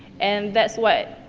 and that's what.